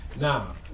Now